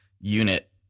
unit